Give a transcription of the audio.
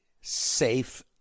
safe